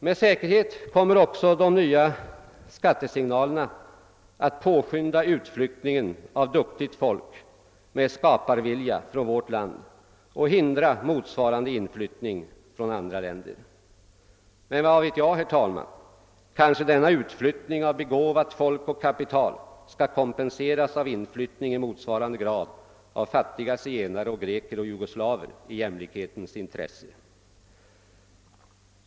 Med säkerhet kommer även de nya skattesignalerna att påskynda utflyttningen av duktigt folk med skaparvilja från vårt land och hindra motsvarande inflyttning från andra länder. Men vad vet jag, herr talman — kanske skall denna utflyttning av begåvat folk och kapital kompenseras genom en inflyttning i jämlikhetens intresse av fattiga zigenare, greker och jugoslaver.